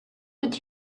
would